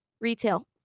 retail